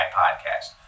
podcast